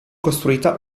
costruita